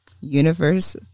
Universe